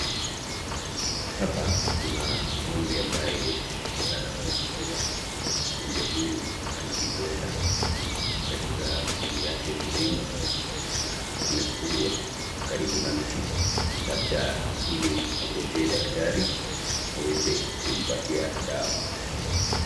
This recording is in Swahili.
Hapa kuna ng'ombe ambaye anaonekana kuuguwa , ng'ombe huyu ana vidonda katika mwili yake mzima na amefungwa karibu na mti labda ili angojee daktari aweze kumpatia dawa.